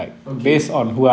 okay